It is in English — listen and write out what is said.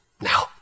now